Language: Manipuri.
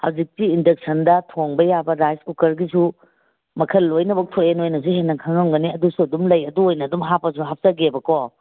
ꯍꯧꯖꯤꯛꯇꯤ ꯏꯟꯗꯛꯁꯟꯗ ꯊꯣꯡꯕ ꯌꯥꯕ ꯔꯥꯏꯁ ꯀꯨꯀꯔꯒꯤꯁꯨ ꯃꯈꯜ ꯂꯣꯏꯅꯃꯛ ꯊꯣꯛꯑꯦ ꯅꯣꯏꯅꯁꯨ ꯍꯦꯟꯅ ꯈꯪꯉꯝꯒꯅꯤ ꯑꯗꯨꯁꯨ ꯑꯗꯨꯝ ꯂꯩ ꯑꯗꯨ ꯑꯣꯏꯅ ꯑꯗꯨꯝ ꯍꯥꯞꯄꯁꯨ ꯍꯥꯞꯆꯒꯦꯕꯀꯣ